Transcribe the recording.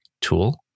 tool